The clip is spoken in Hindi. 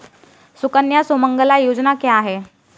सुकन्या सुमंगला योजना क्या है?